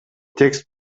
текст